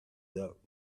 ducks